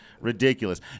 ridiculous